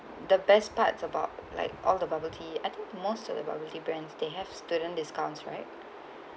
the best part about like all the bubble tea I think most of the bubble tea brands they have student discounts right